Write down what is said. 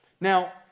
now